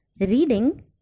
Reading